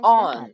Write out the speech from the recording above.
on